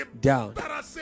down